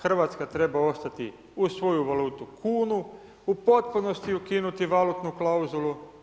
Hrvatska treba ostati uz svoju valutu kunu, u potpunosti ukinuti valutnu klauzulu.